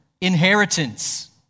inheritance